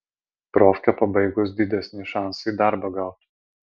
profkę pabaigus didesni šansai darbą gaut